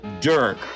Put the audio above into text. Dirk